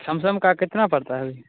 समसम का कितना पड़ता है अभी